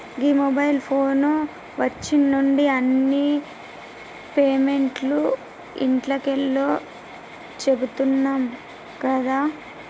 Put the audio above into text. గీ mobile phone వచ్చిన్నుండి అన్ని పేమెంట్లు ఇంట్లకెళ్లే చేత్తున్నం గదా